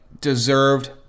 deserved